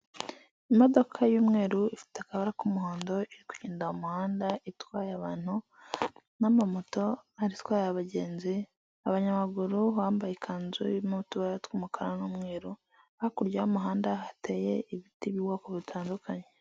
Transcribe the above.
Imodoka y'umweru ifite akabara k'umuhondo. Iri kugenda mu muhanda itwaye abantu, n'amamoto atwaye abagenzi. Abanyamaguru bambaye ikanzu irimo utubara tw'umukara n'umweru. Hakurya y'umuhanda hateye ibiti by'ubwoko butandukanye.